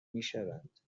میشوند